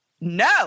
no